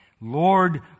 Lord